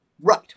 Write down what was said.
Right